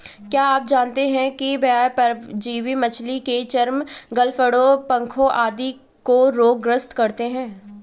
क्या आप जानते है बाह्य परजीवी मछली के चर्म, गलफड़ों, पंखों आदि को रोग ग्रस्त करते हैं?